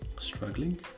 struggling